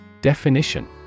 Definition